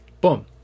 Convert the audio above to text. boom